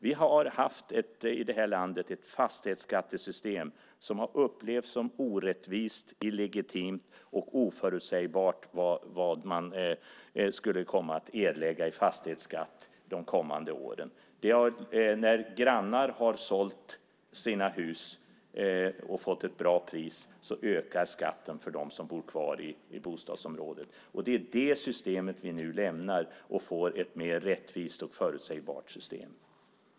Vi har i det här landet haft ett fastighetsskattesystem som har upplevts som orättvist och illegitimt. Det har varit oförutsägbart vad man skulle komma att erlägga i fastighetsskatt de kommande åren. När grannar har sålt sina hus och fått ett bra pris har skatten ökat för dem som bott kvar i bostadsområdet. Det är det systemet som vi nu lämnar och får ett mer rättvist och förutsägbart system.